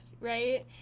right